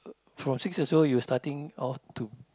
uh from six years old you starting off to